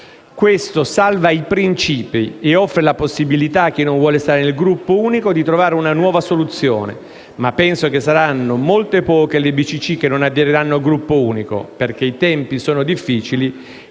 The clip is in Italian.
«questo salva i principi, e offre la possibilità a chi non vuole stare nel gruppo unico di trovare una nuova soluzione; ma penso che saranno molto poche le BCC che non aderiranno al gruppo unico, perché i tempi sono difficili